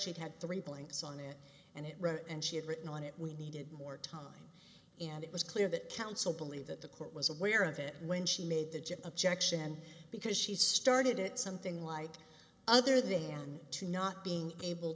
she had three points on it and it right and she had written on it we needed more time and it was clear that counsel believe that the court was aware of it when she made the objection because she started it something like other than to not being able